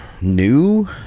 new